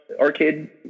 arcade